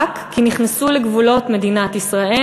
רק כי נכנסו לגבולות מדינת ישראל,